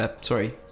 Sorry